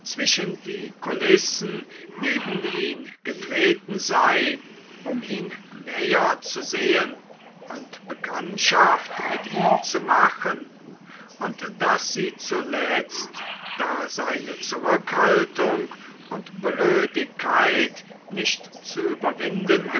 zwischen die kulissen neben ihn getreten sei um ihn näher zu sehen und bekanntschaft mit ihm zu machen und daß sie zuletzt da seine zurückhaltung und blödigkeit nicht zu überwinden